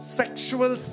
sexual